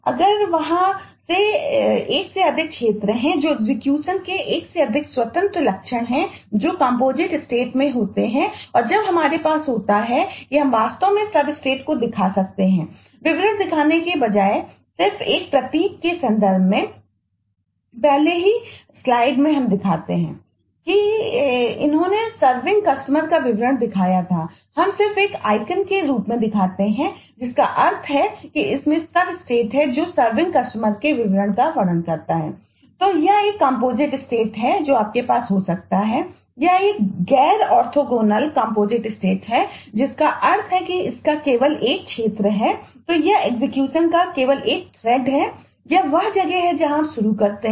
अब composite state के विवरण का वर्णन करते हैं